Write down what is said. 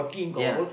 ya